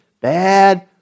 bad